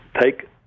take